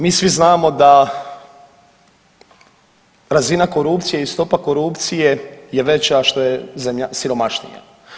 Mi svi znamo da razina korupcije i stopa korupcije je veća što je zemlja siromašnija.